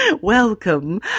welcome